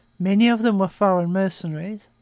many of them were foreign mercenaries.